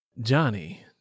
Johnny